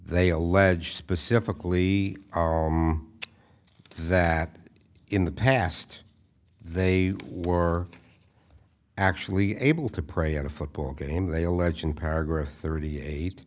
they allege specifically that in the past they were actually able to pray at a football game they allege in paragraph thirty eight